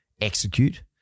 Execute